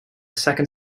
second